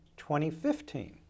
2015